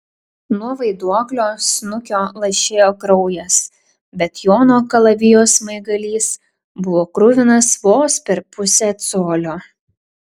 nuo vaiduoklio snukio lašėjo kraujas bet jono kalavijo smaigalys buvo kruvinas vos per pusę colio